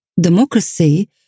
democracy